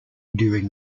during